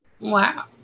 Wow